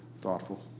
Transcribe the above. thoughtful